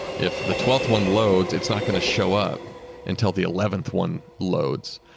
if the twelfth one loads it's not going to show up until the eleventh one loads.